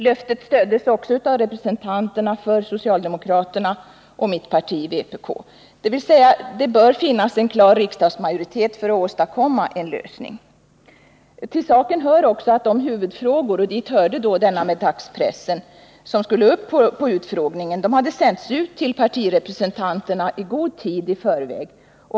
Löftet stöddes också av representanterna för socialdemokraterna och mitt parti, vpk. Det innebär att det bör finnas en klar riksdagsmajoritet för att åstadkomma en lösning. Till saken hör också att de huvudfrågor som skulle tas upp vid utfrågningen — dit hörde bl.a. denna om dagspressen — hade sänts ut till partirepresentanterna god tid i förväg.